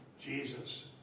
Jesus